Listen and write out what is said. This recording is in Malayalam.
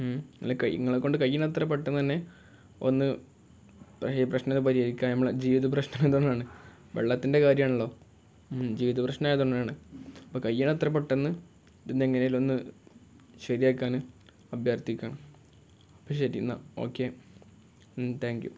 അല്ല ക ഇങ്ങളെ കൊണ്ട് കഴിയണ അത്ര പെട്ടെന്ന് തന്നെ ഒന്ന് പ്രശ്നം പ്രശ്നം പരിഹരിക്കാം നമ്മളെ ജീവിത പ്രശ്നം തന്നെയാണ് വെള്ളത്തിൻ്റെ കാര്യമാണല്ലോ ജീവിത പ്രശ്നം ആയതൊന്നാണ് അപ്പം കഴിയുന്ന അത്ര പെട്ടെന്ന് ഇതിൽ നിന്നും എങ്ങനേലും ഒന്ന് ശരിയാക്കാൻ അഭ്യർത്ഥിക്കാം അപ്പം ശരി എന്നാൽ ഓക്കെ താങ്ക് യൂ